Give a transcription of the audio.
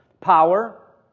Power